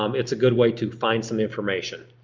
um it's a good way to find some information.